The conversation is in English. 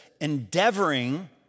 endeavoring